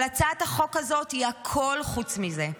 אבל הצעת החוק הזאת היא הכול חוץ מזה.